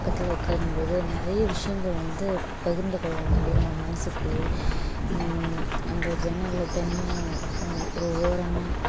பக்கத்தில் உட்காரும்போது நிறைய விஷயங்கள் வந்து பகிர்ந்துகொள்ள முடியும் நம்ம மனசுக்குள்ளயே அந்த ஜன்னலில் தனியாக ஒரு ஓரமாக